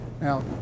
Now